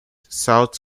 sought